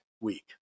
week